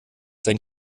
sein